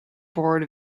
board